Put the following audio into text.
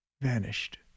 vanished